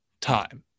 time